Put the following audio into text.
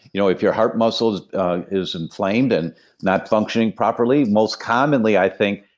you know if your heart muscles is inflamed and not functioning properly, most commonly, i think,